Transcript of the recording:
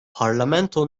parlamento